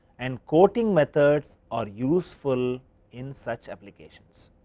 and coating methods are useful in such applications.